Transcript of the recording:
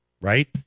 right